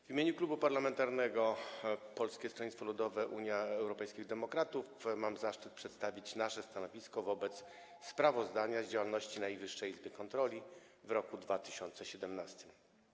W imieniu Klubu Poselskiego Polskiego Stronnictwa Ludowego - Unii Europejskich Demokratów mam zaszczyt przedstawić nasze stanowisko wobec sprawozdania z działalności Najwyższej Izby Kontroli w roku 2017.